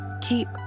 keep